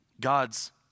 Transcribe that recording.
God's